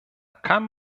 kann